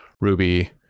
Ruby